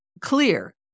clear